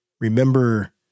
remember